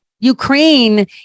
Ukraine